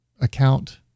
account